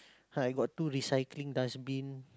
I got two recycling dust bin